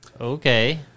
Okay